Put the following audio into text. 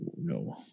No